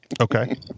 Okay